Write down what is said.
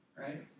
right